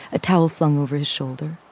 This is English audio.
a towel slung over his shoulder.